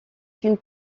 une